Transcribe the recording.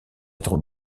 être